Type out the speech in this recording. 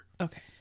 Okay